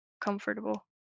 comfortable